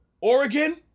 Oregon